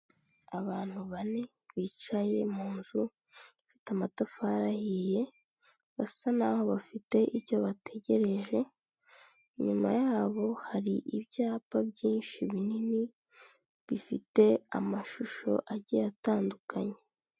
Abantu bane bicaye mu nzu ifite amatafari ahiye, basa naho bafite icyo bategereje, inyuma yabo hari ibyapa byinshi binini, bifite amashusho agiye atandukanye.